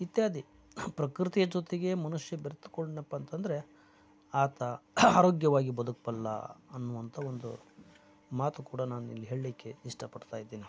ಇತ್ಯಾದಿ ಪ್ರಕೃತಿಯ ಜೊತೆಗೆ ಮನುಷ್ಯ ಬೆರ್ತ್ಕೊಂಡನಪ್ಪ ಅಂತಂದರೆ ಆತ ಆರೋಗ್ಯವಾಗಿ ಬದುಕಬಲ್ಲ ಅನ್ನುವಂಥ ಒಂದು ಮಾತು ಕೂಡ ನಾವು ಇಲ್ಲಿ ಹೇಳಲಿಕ್ಕೆ ಇಷ್ಟ ಪಡ್ತಾ ಇದ್ದೀನಿ